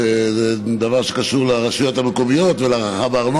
מחכים לך.